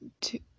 two